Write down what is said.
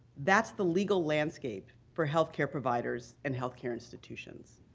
that's the legal landscape for health care providers and health care institutions.